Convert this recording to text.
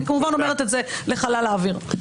אני כמובן אומרת את זה לחלל האוויר.